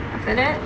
after that